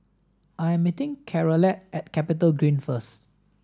I am meeting Charolette at CapitaGreen first